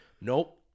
nope